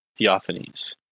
Theophanes